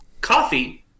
Coffee